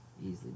easily